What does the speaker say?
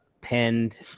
pinned